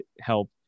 help